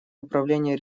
управление